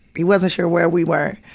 he wasn't sure where we were,